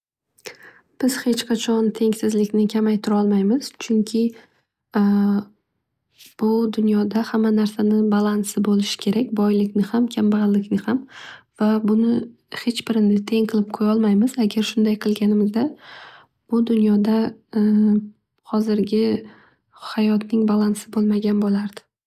Biz heh qachon tengsizlikni kamaytirolmaymiz. Chunki bu dunyoda hamma narsani balansi bo'lishi kerak boylikni ham kambag'allikni ham. Va buni hech birini teng qilib qo'yolmaymiz. Agar shunday qilganimizda dunyoda hozirgi hayotning balansi bo'lmagan bo'lardi.